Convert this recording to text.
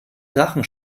drachen